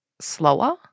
slower